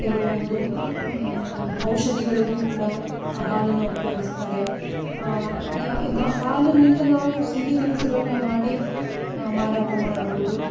ಕೆಲವೊಂದು ಔಷಧಗಳಿಗು ಕೂಡ ಆ ಹಾಲನ್ನು ಉಪಯೋಗಿಸ್ತಾರೆ ಹಾಲಿನಿಂದ ನಾವು ಸಿಹಿ ತಿನಿಸುಗಳನ್ನ ಮಾಡಿ ಮಾರಾಟ ಮಾಡ್ಬೌದು